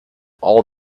all